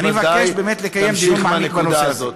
אני מבקש באמת לקיים דיון מעמיק בנושא זה.